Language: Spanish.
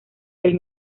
del